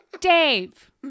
Dave